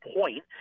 point